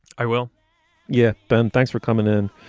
i will yeah ben thanks for coming in.